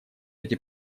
эти